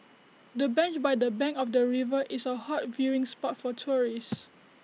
the bench by the bank of the river is A hot viewing spot for tourists